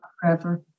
Forever